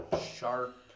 sharp